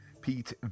pete